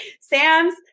Sam's